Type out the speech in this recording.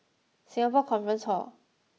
Singapore Conference Hall